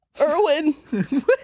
Irwin